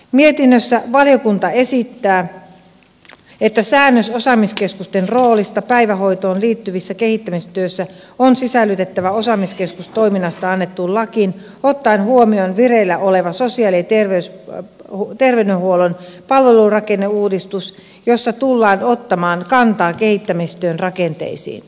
mietinnössä valiokunta esittää että säännös osaamiskeskusten roolista päivähoitoon liittyvässä kehittämistyössä on sisällytettävä osaamiskeskustoiminnasta annettuun lakiin ottaen huomioon vireillä oleva sosiaali ja terveydenhuollon palvelurakenneuudistus jossa tullaan ottamaan kantaa kehittämistyön rakenteisiin